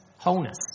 wholeness